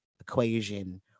equation